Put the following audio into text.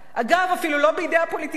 אגב, אפילו לא בידי הפוליטיקאים.